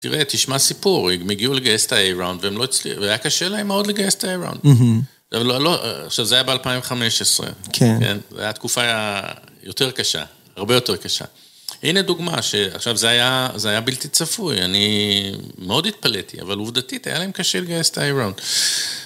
תראה, תשמע סיפור, הם הגיעו לגייס את ה-A ראונד, והם לא הצלי... והיה קשה להם מאוד לגייס את ה-A ראונד. עכשיו, זה היה ב-2015. כן. זו הייתה תקופה יותר קשה, הרבה יותר קשה. הנה דוגמה, שעכשיו, זה היה, זה היה בלתי צפוי, אני מאוד התפלאתי, אבל עובדתית היה להם קשה לגייס את ה-A ראונד.